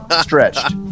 stretched